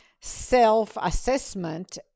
self-assessment